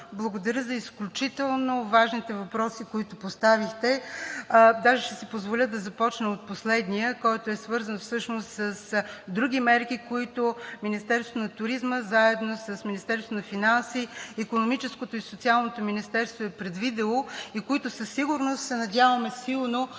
благодаря за изключително важните въпроси, които поставихте. Даже ще си позволя да започна от последния, който е свързан всъщност с други мерки, които Министерството на туризма, заедно с Министерството на финансите, Икономическото министерство и Социалното министерство е предвидило. Силно се надяваме те